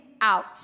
out